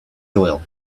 doyle